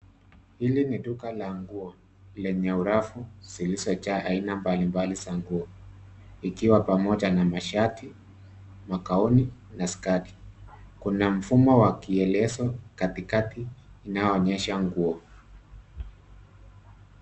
Hili ni duka la nguo lenye rafu zilizojaa aina mbalimbali za nguo ikiwa pamoja na mashati, magauni na sketi. Kuna mfumo wa kielezo katikati inayoonyesha nguo.